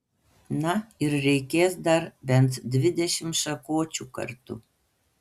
na ir reikės dar bent dvidešimt šakočių kartu